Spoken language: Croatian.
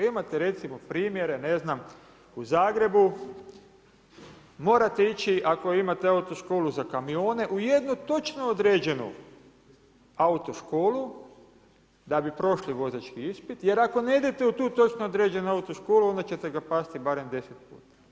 Imate recimo, primjere ne znam, u Zagrebu, morate ići ako imate autoškolu za kamione u jednu točno određenu autoškolu, da bi prošli vozački ispit, jer ako ne idete u tu točno određenu autoškolu onda ćete ga pasti barem 10 puta.